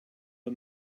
the